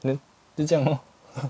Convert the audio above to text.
then 就这样 lor